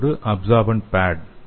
இது ஒரு absorbent bad